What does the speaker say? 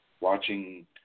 watching